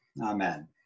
Amen